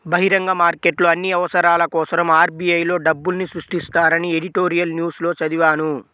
బహిరంగ మార్కెట్లో అన్ని అవసరాల కోసరం ఆర్.బి.ఐ లో డబ్బుల్ని సృష్టిస్తారని ఎడిటోరియల్ న్యూస్ లో చదివాను